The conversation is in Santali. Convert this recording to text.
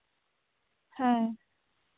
ᱦᱮᱸ